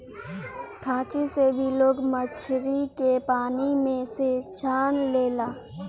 खांची से भी लोग मछरी के पानी में से छान लेला